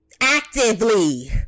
actively